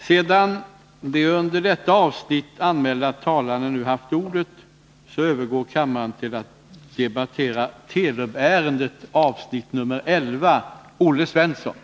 Sedan de under avsnittet Telub-ärendet anmälda talarna nu haft ordet övergår kammaren till att debattera Ändrade regler för basbeloppet.